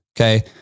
Okay